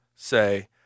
say